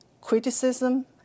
criticism